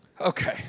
Okay